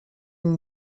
اون